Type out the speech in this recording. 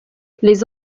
les